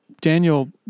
Daniel